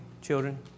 children